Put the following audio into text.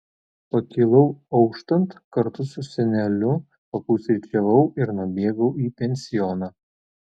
pakilau auštant kartu su seneliu papusryčiavau ir nubėgau į pensioną